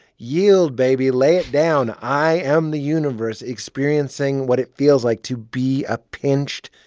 yield, baby. lay it down. i am the universe experiencing what it feels like to be a pinched,